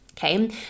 Okay